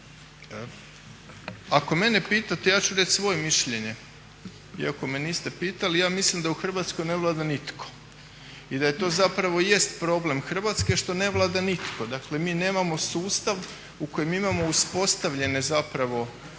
Ako mene pitate ja ću reći svoje mišljenje iako me niste pitali. Ja mislim da u Hrvatskoj ne vlada nitko i da to zapravo jest problem Hrvatske što ne vlada nitko. Dakle, mi nemamo sustav u kojem imamo uspostavljene zapravo